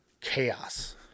chaos